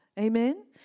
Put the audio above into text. Amen